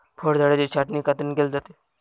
फळझाडांची छाटणी कात्रीने केली जाते